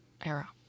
era